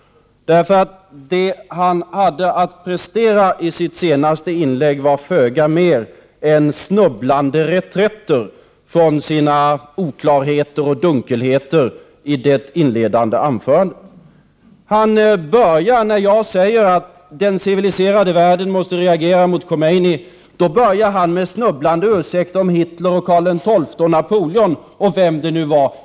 Det han hade att prestera i sitt senaste inlägg var föga mer än snubblande reträtter från sina oklarheter och dunkelheter i det inledande anförandet. När jag säger att den civiliserade världen måste reagera mot Khomeini, kommer Per Gahrton med snubblande ursäkter om Hitler, Karl XII, Napoleon och vem det nu var.